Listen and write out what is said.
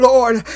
Lord